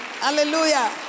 Hallelujah